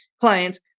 clients